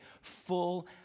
full